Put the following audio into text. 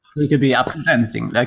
it could be absolutely anything. like